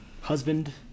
husband